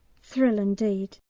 thrill, indeed!